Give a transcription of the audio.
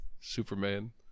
Superman